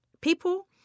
people